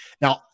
Now